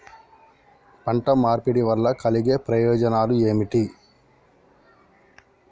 పంట మార్పిడి వల్ల కలిగే ప్రయోజనాలు ఏమిటి?